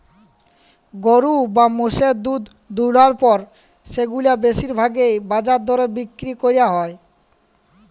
গরু বা মোষের দুহুদ দুয়ালর পর সেগুলাকে বেশির ভাগই বাজার দরে বিক্কিরি ক্যরা হ্যয়